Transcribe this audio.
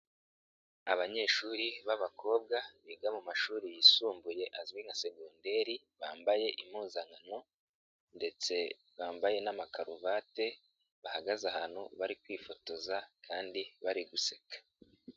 Abanyeshuri b'abakobwa biga mu mashuri yisumbuye azwi nka segonderi bambaye impuzankano ndetse bambaye n'amakaruvati bahagaze ahantu bari kwifotoza kandi bari guseka.